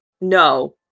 No